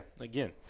Again